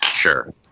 sure